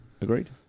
Agreed